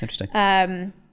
interesting